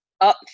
up